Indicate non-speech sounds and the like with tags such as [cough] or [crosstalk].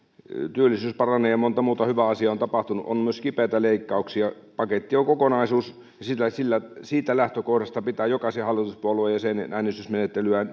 työllisyys paranee ja monta muuta hyvää asiaa on tapahtunut ja on myös kipeitä leikkauksia paketti on kokonaisuus ja siitä lähtökohdasta pitää jokaisen hallituspuolueen jäsenen äänestysmenettelyään [unintelligible]